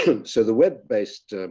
so the web based